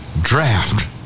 draft